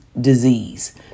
disease